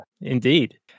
Indeed